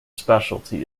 specialty